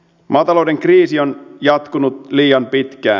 maatalouden kriisi on jatkunut liian pitkään